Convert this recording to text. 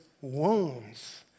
wounds